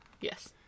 Yes